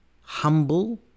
humble